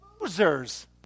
losers